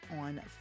on